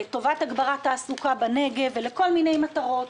לטובת הגברת תעסוקה בנגב ולכל מיני מטרות.